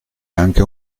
anche